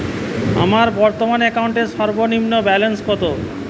আমার বর্তমান অ্যাকাউন্টের সর্বনিম্ন ব্যালেন্স কত?